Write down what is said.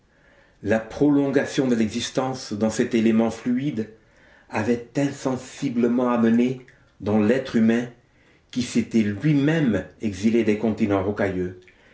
la prolongation de l'existence dans cet élément fluide avait insensiblement amené dans l'être humain qui s'était lui-même exilé des continents rocailleux